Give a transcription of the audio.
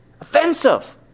Offensive